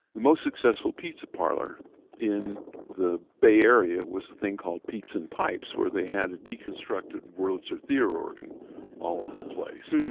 the most successful pizza parlor in the bay area was a thing called pizza and pipes where they had a deconstructed wurlitzer theater organ ah place.